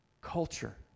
culture